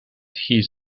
his